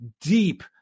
deep